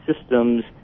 systems